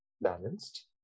balanced